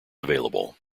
available